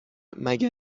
مگه